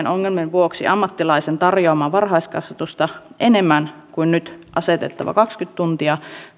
vuoksi ammattilaisen tarjoamaan varhaiskasvatusta enemmän kuin nyt asetettavat kaksikymmentä tuntia